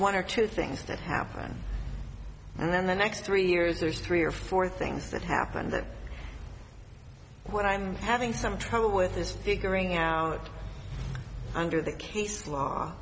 one or two things that happen and then the next three years there's three or four things that happened that what i'm having some trouble with this figuring out under the